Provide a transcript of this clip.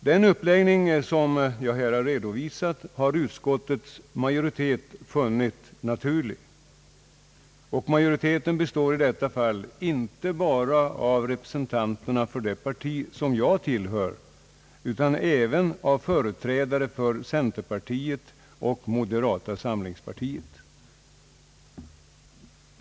Den uppläggning jag här redovisat har utskottets majoritetfunnit naturlig. Majoriteten består ju i detta fall inte bara av representanter för mitt eget parti utan även av representanter för centerpartiet och moderata samlingspartiet.